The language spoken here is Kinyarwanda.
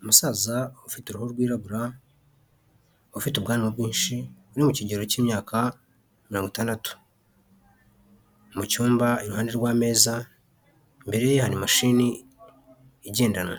Umusaza ufite uruhu rwirabura, ufite ubwanwa bwinshi, uri mu kigero cy'imyaka mirongo itandatu. Mu cyumba iruhande rw'ameza, imbere ye hari mashini igendanwa,